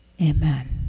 Amen